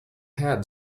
had